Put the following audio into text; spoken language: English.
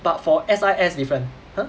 but for S_I_S different !huh!